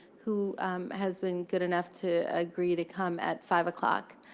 who has been good enough to agree to come at five o'clock.